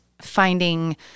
finding